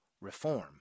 reform